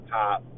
top